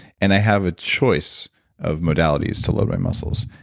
and i have a choice of modalities to load my muscles.